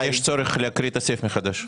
--- יש צורך להקריא את הסעיף מחדש.